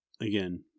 again